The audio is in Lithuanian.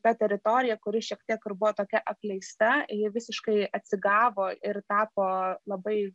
ta teritorija kuri šiek tiek ir buvo tokia apleista ji visiškai atsigavo ir tapo labai